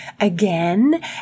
again